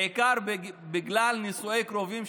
בעיקר בגלל נישואי קרובים,